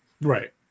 Right